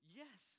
yes